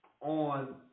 on